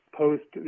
post